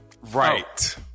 Right